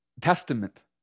Testament